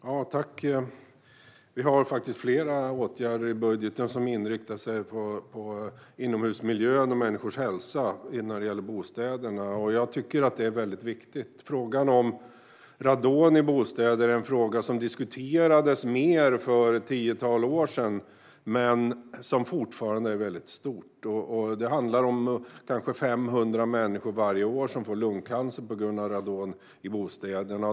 Herr talman! Vi har faktiskt flera åtgärder i budgeten som inriktar sig på inomhusmiljön och människors hälsa när det gäller bostäder. Jag tycker att detta är väldigt viktigt. Frågan om radon i bostäder diskuterades mer för ett tiotal år sedan men är fortfarande stor. Det handlar om kanske 500 människor varje år som får lungcancer på grund av radon i bostäderna.